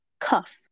cuff